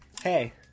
hey